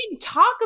talk